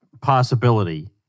possibility